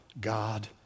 God